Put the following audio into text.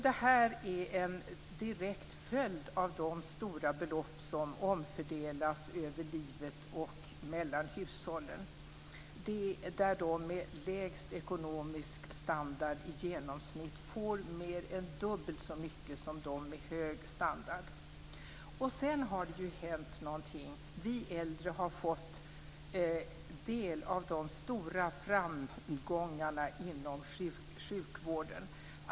Det är en direkt följd av de stora belopp som omfördelas över livet och mellan hushållen. De med lägst ekonomisk standard får i genomsnitt mer än dubbelt så mycket som de med hög standard. Sedan har det hänt någonting! Vi äldre har fått del av de stora framgångarna inom sjukvården.